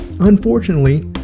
Unfortunately